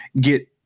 get